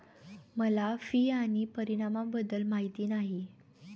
मला फी आणि परिणामाबद्दल माहिती नाही